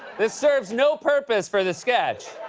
this serves no purpose for the sketch.